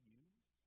use